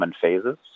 phases